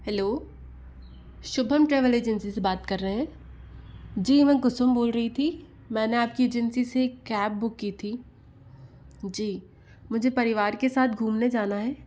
hello Shubham travel travel agency से बात कर रहे हैं जी मैं कुसुम बोल रही थी मैंने आपकी एजेंसी से कैब बुक की थी जी मुझे परिवार के साथ घूमने जाना है